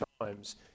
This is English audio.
times